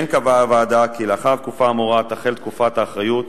כן קבעה הוועדה כי לאחר התקופה האמורה תחל תקופת האחריות,